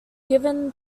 given